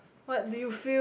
what do you feel